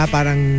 Parang